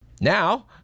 now